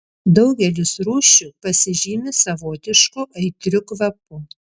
daugelis rūšių pasižymi savotišku aitriu kvapu